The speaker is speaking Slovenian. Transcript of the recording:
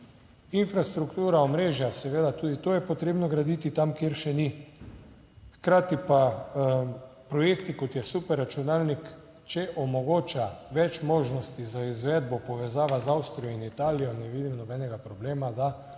Infrastruktura, omrežja, seveda tudi to je potrebno graditi tam kjer še ni, hkrati pa projekti kot je super računalnik, če omogoča več možnosti za izvedbo, povezava z Avstrijo in Italijo, ne vidim nobenega problema, da